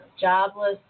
jobless